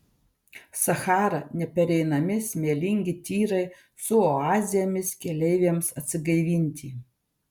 sachara nepereinami smėlingi tyrai su oazėmis keleiviams atsigaivinti